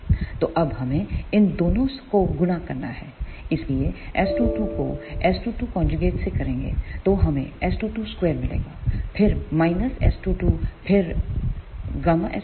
तो अब हमें इन दोनों को गुणा करना है इसलिए S22 को S22 से करेंगे तो हमें S222 मिलेगा फिर S22 फिर Γs